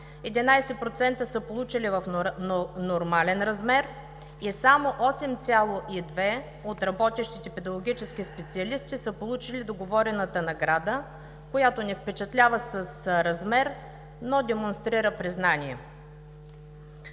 11% са получили в нормален размер и само 8,2% от работещите педагогически специалисти са получили договорената награда, която не впечатлява с размер, но демонстрира признание.